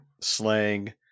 slang